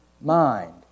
mind